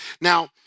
Now